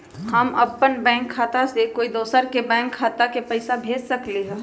हम अपन बैंक खाता से कोई दोसर के बैंक खाता में पैसा कैसे भेज सकली ह?